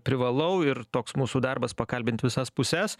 privalau ir toks mūsų darbas pakalbint visas puses